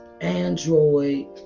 Android